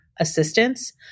assistance